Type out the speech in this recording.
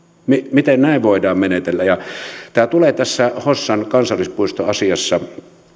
miten näin voidaan menetellä tämä tulee tässä hossan kansallispuistoasiassa